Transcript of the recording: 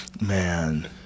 Man